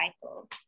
cycle